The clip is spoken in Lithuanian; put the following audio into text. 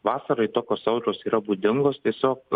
vasarai tokios audros yra būdingos tiesiog